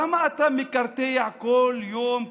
למה אתה מקרטע כל יום?